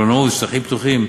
מלונאות ושטחים פתוחים,